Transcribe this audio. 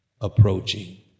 approaching